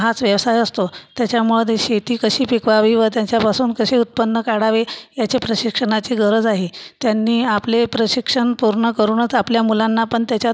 हाच व्यवसाय असतो त्याच्यामुळं ते शेती कशी पिकवावी व त्यांच्यापासून कशे उत्पन्न काढावे याचे प्रशिक्षनाची गरज आहे त्यांनी आपले प्रशिक्षन पूर्ण करूनच आपल्या मुलांनापन त्याच्यात